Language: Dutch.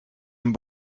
een